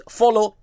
follow